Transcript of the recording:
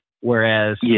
whereas